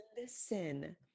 listen